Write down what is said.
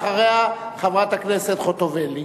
אחריה, חברת הכנסת חוטובלי.